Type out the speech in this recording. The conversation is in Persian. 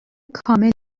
کامل